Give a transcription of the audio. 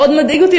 מאוד מדאיגות אותי,